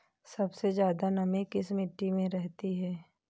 सबसे ज्यादा नमी किस मिट्टी में रहती है?